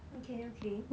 okay okay